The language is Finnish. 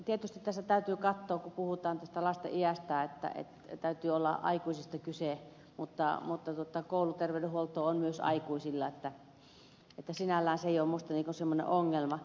tietysti tässä täytyy katsoa kun puhutaan lasten iästä että täytyy olla aikuisista kyse mutta kouluterveydenhuoltoa on myös aikuisilla että sinällään se ei ole minusta ongelma